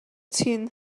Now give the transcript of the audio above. chin